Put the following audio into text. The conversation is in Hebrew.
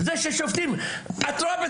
די למכור לנו סיפורים.